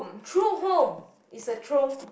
true home is a trome